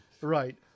right